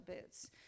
boots